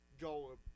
go